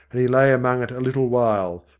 and he lay among it a little while,